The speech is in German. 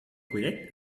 projekt